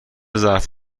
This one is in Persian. ظرف